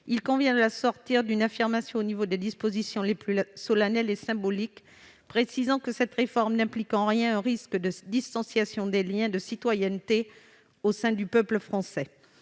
il convient de l'assortir d'une affirmation au niveau des dispositions les plus solennelles et symboliques, précisant que cette réforme n'implique en rien un risque de distanciation des liens de citoyenneté au sein du peuple français.